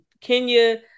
Kenya